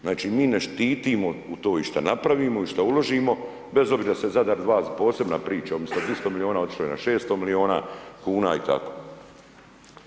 Znači mi ne štitimo u to i šta napravimo i šta uložimo, bez obzira .../nerazumljivo/... posebna priča, umjesto 200 milijuna, otišlo je na 600 milijuna kn i tako.